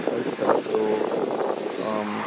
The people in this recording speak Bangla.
আচ্ছা তো